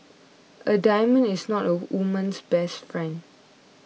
a diamond is not a woman's best friend